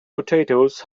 potatoes